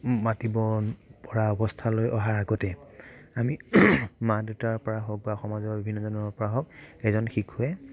মাতিব পৰা অৱস্থালৈ অহাৰ আগতে আমি মা দেউতাৰ পৰা হওক বা সমাজৰ বিভিন্নজনৰ পৰা হওক এজন শিশুৱে